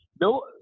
No –